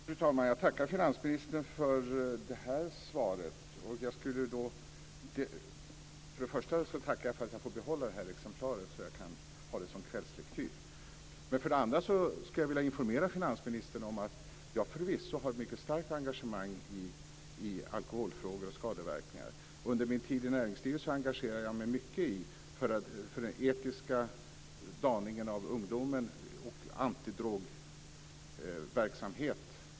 Fru talman! Jag tackar finansministern för det här svaret. För det första får jag tacka för att jag får behålla det här exemplaret så att jag kan ha det som kvällslektyr. För det andra vill jag informera finansministern om att jag förvisso har ett starkt engagemang i alkoholfrågor och skadeverkningar av alkohol. Under min tid i näringslivet engagerade jag mig mycket i den etiska daningen av ungdomen och antidrogverksamhet.